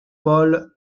paul